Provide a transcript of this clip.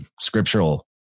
scriptural